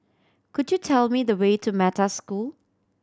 could you tell me the way to Metta School